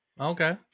Okay